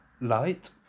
light